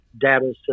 data